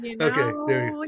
Okay